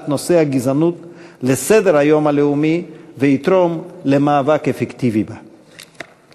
נושא הגזענות לסדר-היום הלאומי ויתרום למאבק אפקטיבי בה.